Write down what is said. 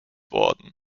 worden